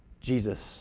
Jesus